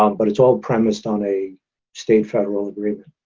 um but it's all premised on a state federal agreement.